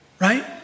right